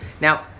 now